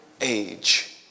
age